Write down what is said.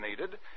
needed